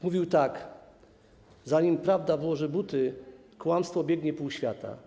Mówił tak: Zanim prawda włoży buty, kłamstwo obiegnie pół świata.